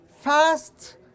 fast